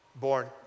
born